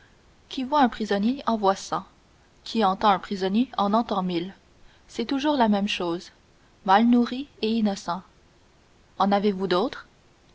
qui voit un prisonnier en voit cent qui entend un prisonnier en entend mille c'est toujours la même chose mal nourris et innocents en avez-vous d'autres